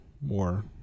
more